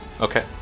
Okay